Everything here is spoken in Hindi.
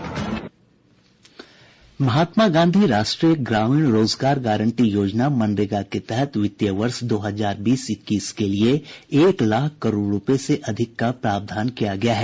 महात्मा गांधी राष्ट्रीय ग्रामीण रोजगार गारंटी योजना मनरेगा के तहत वित्त वर्ष दो हजार बीस इक्कीस के लिए एक लाख करोड़ रुपये से अधिक का प्रावधान किया गया है